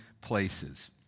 places